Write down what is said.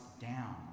down